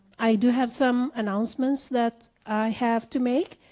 i do have some announcements that i have to make.